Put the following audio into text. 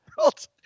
world